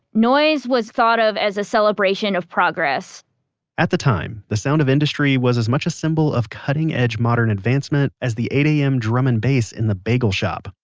noise was thought of as a celebration of progress at the time, the sound of industry was as much a symbol of cutting edge modern advancement as the eight am drum and bass in the bagel shop.